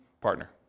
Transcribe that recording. partner